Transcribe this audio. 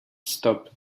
stop